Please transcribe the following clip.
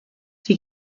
die